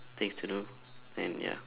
things to do and ya